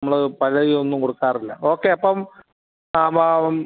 നമ്മള് പഴയതൊന്നും കൊടുക്കാറില്ല ഓക്കെ അപ്പം ആ പാവം